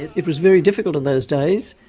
it was very difficult in those days,